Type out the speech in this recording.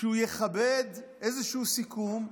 שהוא יכבד איזשהו סיכום,